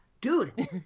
dude